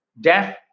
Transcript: death